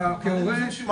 אתה כהורה --- טוב,